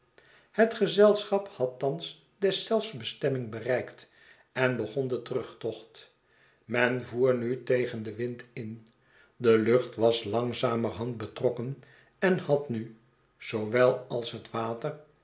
het gezelschap had thans deszelfs bestemming bereikt en begon den terugtocht men voer nu tegen den wind in de lucht was langzamerhand betrokken en had nu zoowel als het water